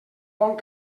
bon